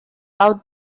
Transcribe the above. out